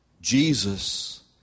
Jesus